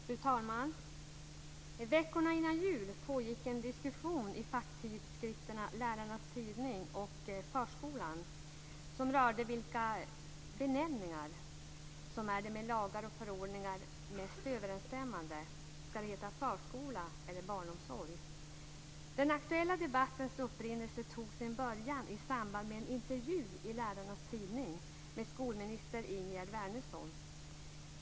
Fru talman! Veckorna innan jul pågick en diskussion i facktidskrifterna Lärarnas Tidning och Förskolan, som rörde vilka benämningar som är de med lagar och förordningar mest överensstämmande. Skall det heta förskola eller barnomsorg? Den aktuella debatten hade sin upprinnelse i samband med en intervju i Lärarnas Tidning med skolminister Ingegerd Wärnersson.